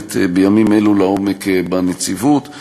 שנבחנת בימים אלו לעומק בנציבות.